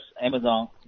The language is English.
Amazon